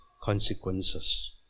consequences